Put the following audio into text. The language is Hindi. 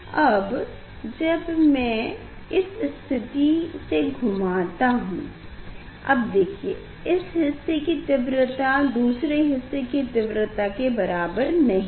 अब जब मैं इस स्थिति से घुमाता हूँ अब देखिए इस हिस्से की तीव्रता दूसरे हिस्से की तीव्रता के बराबर नहीं है